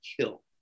kill